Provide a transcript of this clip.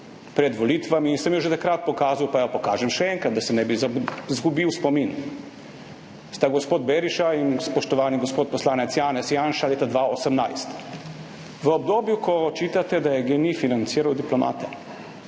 pred volitvami in sem jo že takrat pokazal, pa jo pokažem še enkrat, da se ne bi izgubil spomin, sta gospod Berishaj in spoštovani gospod poslanec Janez Janša leta 2018, v obdobju, ko očitate, da je GEN-I financiral diplomate.